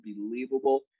Unbelievable